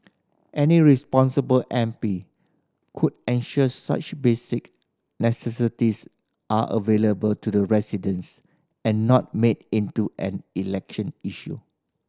any responsible M P could ensure such basic necessities are available to the residents and not made into an election issue